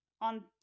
on